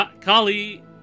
Kali